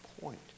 point